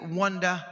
wonder